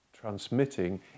transmitting